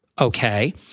okay